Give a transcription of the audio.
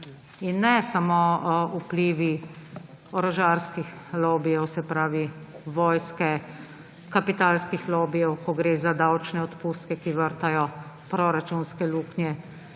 in ne samo vplivi orožarskih lobijev, se pravi vojske, kapitalskih lobijev, ko gre za davčne odpustke, ki vrtajo proračunske luknje,